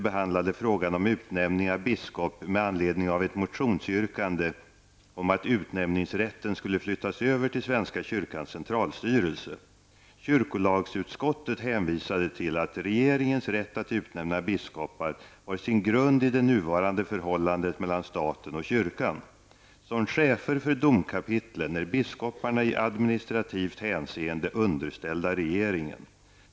Vad utskottet anför är värt att citera: Kyrkolagsutskottet hänvisade till att regeringens rätt att utnämna biskoparna har sin grund i det nuvarande förhållandet mellan staten och kyrkan. Som chefer för domkapitlen är biskoparna i administrativt hänseende underställda regeringen.